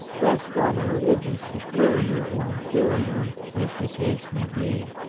rest on a religious superior or inferior, as the case may be.